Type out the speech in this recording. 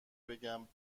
بگم